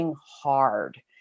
hard